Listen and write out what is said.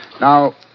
Now